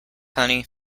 honey